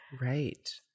Right